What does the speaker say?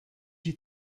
you